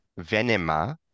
Venema